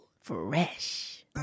Fresh